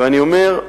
ואני אומר,